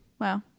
Wow